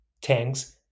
tanks